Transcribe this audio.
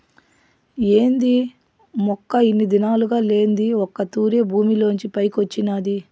ఏంది మొక్క ఇన్ని దినాలుగా లేంది ఒక్క తూరె భూమిలోంచి పైకొచ్చినాది